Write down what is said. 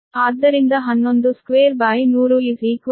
ಆದ್ದರಿಂದ 112100 1